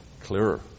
clearer